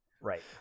right